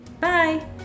bye